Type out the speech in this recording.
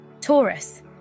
Taurus